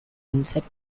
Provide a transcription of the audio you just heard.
insect